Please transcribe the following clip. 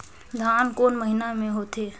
धान कोन महीना मे होथे?